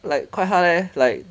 like quite hard leh like